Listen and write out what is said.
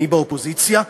אני באופוזיציה,